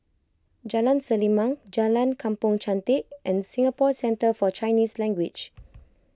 Jalan Selimang Jalan Kampong Chantek and Singapore Centre for Chinese Language